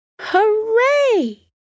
Hooray